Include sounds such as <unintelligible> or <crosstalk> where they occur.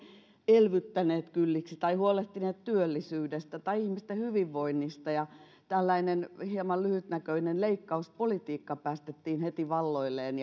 elvyttäneet kylliksi tai huolehtineet työllisyydestä tai ihmisten hyvinvoinnista ja tällainen hieman lyhytnäköinen leikkauspolitiikka päästettiin heti valloilleen <unintelligible>